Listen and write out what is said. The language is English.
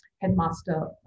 headmaster